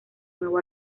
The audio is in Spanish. nuevo